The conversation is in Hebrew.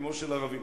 כמו של ערבים?